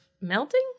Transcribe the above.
melting